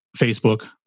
Facebook